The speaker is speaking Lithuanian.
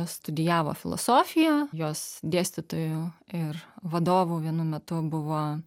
studijavo filosofiją jos dėstytoju ir vadovu vienu metu buvo